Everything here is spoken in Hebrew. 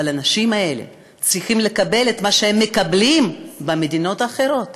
אבל האנשים האלה צריכים לקבל את מה שהם מקבלים במדינות אחרות.